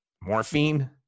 morphine